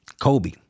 Kobe